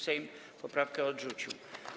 Sejm poprawkę odrzucił.